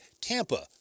Tampa